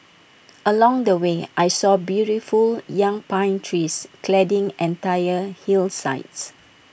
along the way I saw beautiful young pine trees cladding entire hillsides